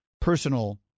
personal